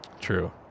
True